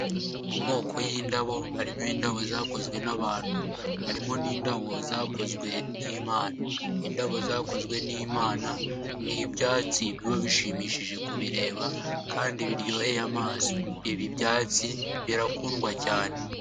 Mu moko y'indabo harimo indabo zakozwe n'abantu, harimo n'indabo zakozwe n'imana. Indabo zakozwe n'imana ni ibyatsi biba bishimishije kubireba kandi biryoheye amaso, ibi byatsi birakundwa cyane.